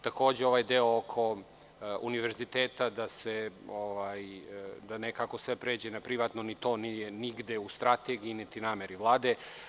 Takođe, ovaj deo oko univerziteta, da sve pređe na privatno, ni to nije nigde u strategiji, niti nameri Vlade.